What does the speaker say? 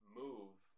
move